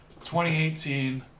2018